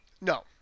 No